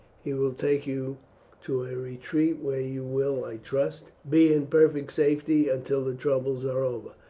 he will take you to a retreat where you will, i trust, be in perfect safety until the troubles are over.